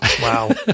wow